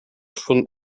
front